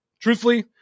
Truthfully